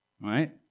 Right